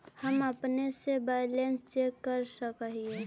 हम अपने से बैलेंस चेक कर सक हिए?